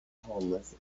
homeless